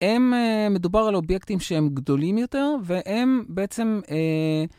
הם מדובר על אובייקטים שהם גדולים יותר, והם בעצם...